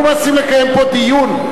אנחנו מנסים לקיים פה דיון.